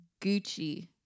gucci